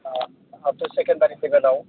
up to secondary लेभेलाव